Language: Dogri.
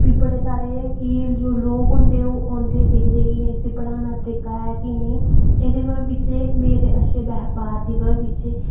फ्ही बड़े सारे लोग औंदे दिखदे कि इसी पढ़ाने दा तरीका ऐ जां नेई एह्दी बजाह् नै मेरे अच्छे व्पहार दी बजह् कन्नै